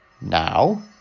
now